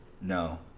No